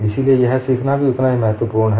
इसलिए यह सीखना भी उतना ही महत्वपूर्ण है